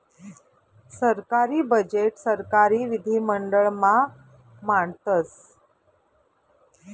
सरकारी बजेट सरकारी विधिमंडळ मा मांडतस